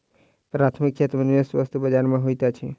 प्राथमिक क्षेत्र में निवेश वस्तु बजार में होइत अछि